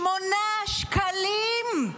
שמונה שקלים,